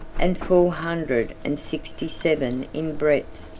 and four hundred and sixty-seven in breadth,